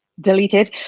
deleted